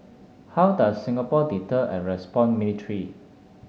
how does Singapore deter and respond militarily